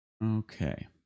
Okay